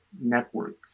network